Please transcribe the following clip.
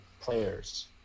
players